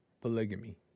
polygamy